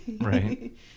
Right